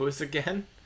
again